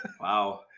Wow